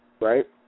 Right